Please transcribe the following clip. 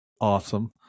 awesome